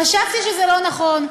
חשבתי שזה לא נכון.